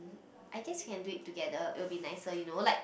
I guess can do it together it will be nicer you know like